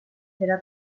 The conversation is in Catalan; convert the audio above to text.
fera